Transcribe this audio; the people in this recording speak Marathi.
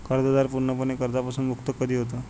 कर्जदार पूर्णपणे कर्जापासून मुक्त कधी होतो?